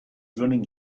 running